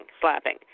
slapping